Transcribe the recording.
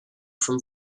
from